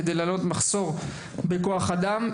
כדי לענות על המחסור בכוח האדם,